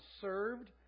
served